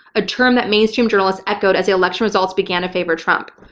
a term that mainstream journalists echoed as the election results began to favor trump.